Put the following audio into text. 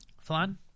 Flan